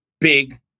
big